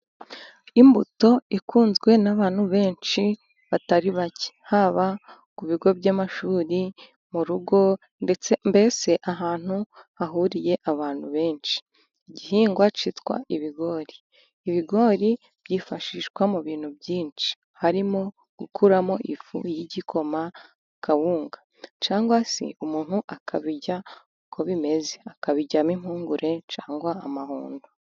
Imbuto ikunzwe n'abantu benshi batari bake. Haba ku bigo by'amashuri, mu rugo, mbese ahantu hahuriye abantu benshi. Igihingwa cyitwa ibigori. Ibigori byifashishwa mu bintu byinshi harimo gukuramo ifu y'igikoma, kawunga, cyagwa se umuntu akabirya uko bimeze, akabiryamo impungure cyangwa amahundo.